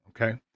Okay